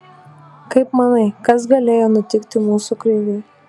kaip manai kas galėjo nutikti mūsų kriviui